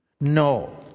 No